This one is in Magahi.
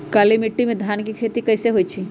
काली माटी में धान के खेती कईसे होइ छइ?